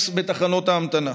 בארץ.